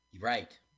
right